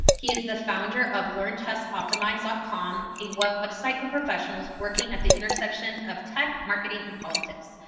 he is the founder of learntestoptimize ah com, a website for professionals working at the intersection of tech, marketing, and politics.